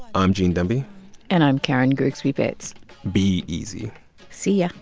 i'm gene demby and i'm karen grigsby bates be easy see yeah